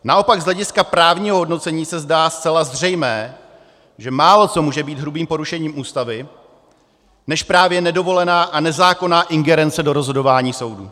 Naopak z hlediska právního hodnocení se zdá zcela zřejmé, že máloco může být hrubým porušením Ústavy než právě nedovolená a nezákonná ingerence do rozhodování soudů.